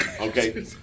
okay